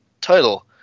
title